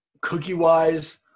cookie-wise